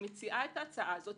שמציעה את ההצעה הזו,